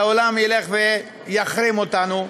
שהעולם ילך ויחרים אותנו,